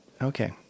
okay